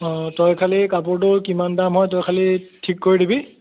অ' তই খালি কাপোৰটো কিমান দাম হয় তই খালি ঠিক কৰি দিবি